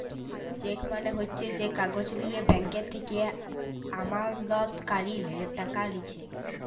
check মালে হচ্যে যে কাগজ লিয়ে ব্যাঙ্ক থেক্যে আমালতকারীরা টাকা লিছে